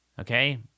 Okay